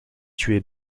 tué